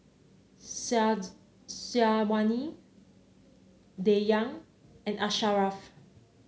Syazwani Dayang and Asharaff